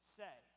say